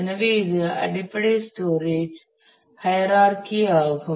எனவே இது அடிப்படை ஸ்டோரேஜ் ஹையர்ரார்கீ ஆகும்